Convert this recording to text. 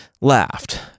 laughed